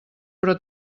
però